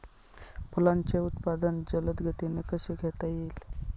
फुलांचे उत्पादन जलद गतीने कसे घेता येईल?